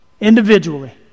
Individually